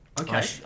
Okay